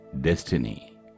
destiny